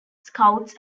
scouts